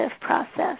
process